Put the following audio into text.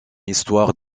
histoire